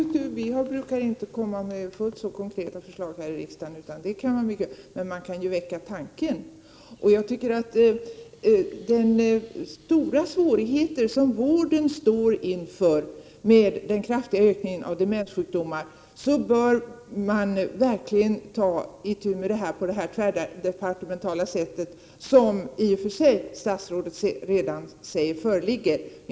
Herr talman! Vi brukar inte komma med fullt så konkreta förslag här i riksdagen, men vi kan ju väcka tanken. Jag tycker att man, med beaktande av de stora svårigheter som vården står inför med den kraftiga ökningen av demenssjukdomar, verkligen bör ta itu med detta på det tvärdepartementala sätt som statsrådet säger i och för sig redan förekommer.